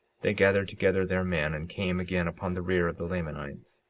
they gathered together their men and came again upon the rear of the lamanites.